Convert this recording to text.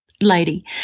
lady